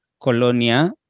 colonia